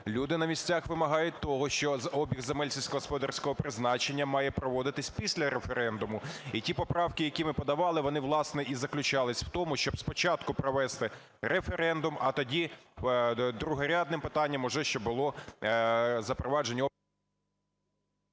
Люди на місцях вимагають того, що обіг земель сільськогосподарського призначення має проводитись після референдуму. І ті поправки, які ми подавали, вони, власне, і заключались в тому, щоб спочатку провести референдум, а тоді другорядним питанням уже що було… ГОЛОВУЮЧИЙ.